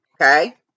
okay